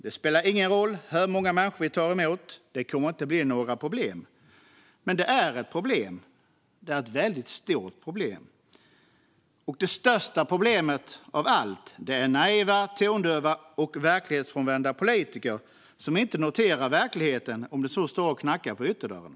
Det spelar ingen roll hur många människor vi tar emot; det kommer inte att bli några problem. Men det är ett problem, ett väldigt stort problem. Och det största problemet av alla är naiva, tondöva och verklighetsfrånvända politiker som inte noterar verkligheten, om den så står och knackar på ytterdörren.